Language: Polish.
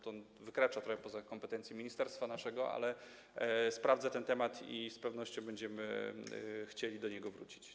To wykracza trochę poza kompetencje naszego ministerstwa, ale sprawdzę ten temat i z pewnością będziemy chcieli do niego wrócić.